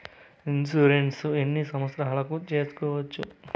Insurance ఎన్ని సంవత్సరాలకు సేసుకోవచ్చు?